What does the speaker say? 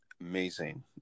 Amazing